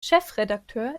chefredakteur